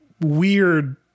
weird